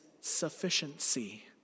sufficiency